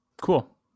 cool